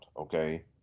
okay